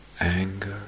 anger